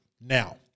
Now